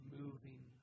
moving